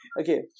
Okay